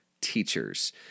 teachers